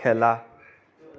খেলা